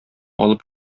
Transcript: алып